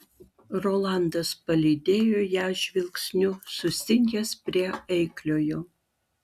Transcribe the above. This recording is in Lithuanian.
rolandas palydėjo ją žvilgsniu sustingęs prie eikliojo